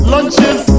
Lunches